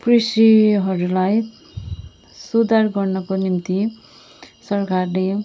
कृषिहरूलाई सुधार गर्नको निम्ति सरकारले